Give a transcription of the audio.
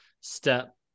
step